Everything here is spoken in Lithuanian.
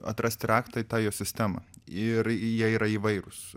atrasti raktą į tą jo sistemą ir jie yra įvairūs